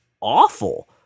awful